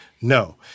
No